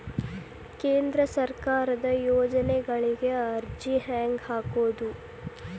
ಕೇಂದ್ರ ಸರ್ಕಾರದ ಯೋಜನೆಗಳಿಗೆ ಅರ್ಜಿ ಹೆಂಗೆ ಹಾಕೋದು?